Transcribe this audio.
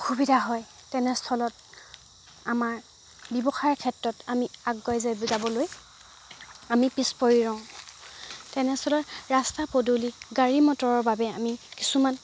অসুবিধা হয় তেনেস্থলত আমাৰ ব্যৱসায়ৰ ক্ষেত্ৰত আমি আগুৱাই য যাবলৈ আমি পিছ পৰি ৰওঁ তেনেস্থলত ৰাস্তা পদূলি গাড়ী মটৰৰ বাবে আমি কিছুমান